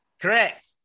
Correct